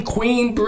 Queen